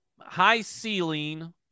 high-ceiling